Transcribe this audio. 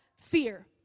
fear